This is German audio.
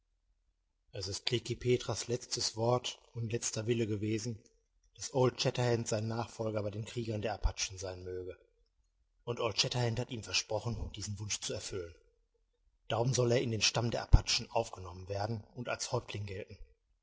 es ist klekih petras letztes wort und letzter wille gewesen daß old shatterhand sein nachfolger bei den kriegern der apachen sein möge und old shatterhand hat ihm versprochen diesen wunsch zu erfüllen darum soll er in den stamm der apachen aufgenommen werden und als häuptling gelten